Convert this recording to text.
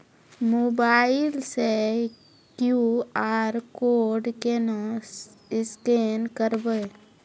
Mobile से QR code केना scan करबै?